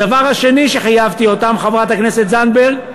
הדבר השני שחייבתי אותם, חברת הכנסת זנדברג,